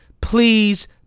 please